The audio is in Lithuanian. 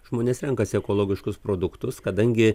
žmonės renkasi ekologiškus produktus kadangi